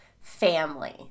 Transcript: Family